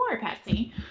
Patsy